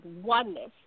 oneness